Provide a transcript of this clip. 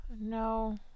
No